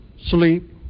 sleep